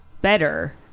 better